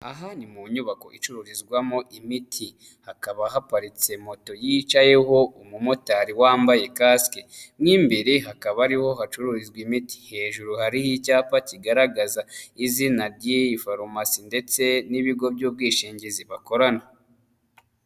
Aha ni mu nyubako icururizwamo imiti, hakaba haparitse moto yicayeho umumotari wambaye kasike mu imbere hakaba ariho hacururizwa imiti, hejuru hariho icyapa kigaragaza izina ry'iyi farumasi ndetse n'ibigo by'ubwishingizi bakorana.